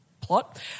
plot